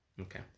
Okay